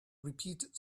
repeated